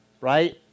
right